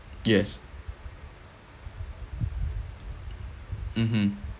yes mmhmm